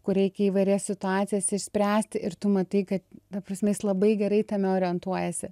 kur reikia įvairias situacijas išspręsti ir tu matai kad ta prasme jis labai gerai tame orientuojasi